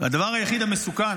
והדבר היחיד המסוכן,